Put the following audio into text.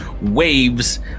waves